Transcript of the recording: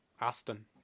Aston